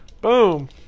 Boom